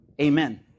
Amen